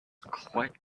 quite